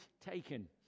taken